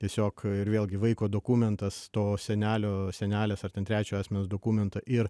tiesiog ir vėlgi vaiko dokumentas to senelio senelės ar ten trečio asmens dokumentą ir